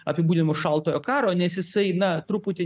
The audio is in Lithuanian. apibūdinimo šaltojo karo nes jisai na truputį